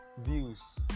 views